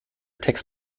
text